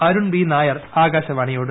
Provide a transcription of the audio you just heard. Arun B Nair ആകാശവാണിയോട്